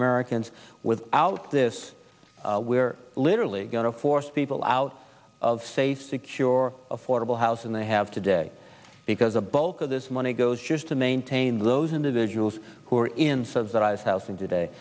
americans without this we're literally going to force people out of safe secure affordable house and they have today because the bulk of this money goes just to maintain those individuals who are in says that i was housing today